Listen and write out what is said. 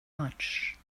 much